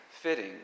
fitting